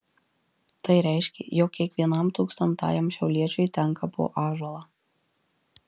tai reiškė jog kiekvienam tūkstantajam šiauliečiui tenka po ąžuolą